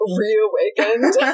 reawakened